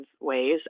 ways